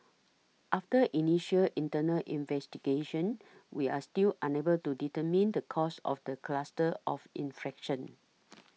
after initial internal investigation we are still unable to determine the cause of the cluster of inflection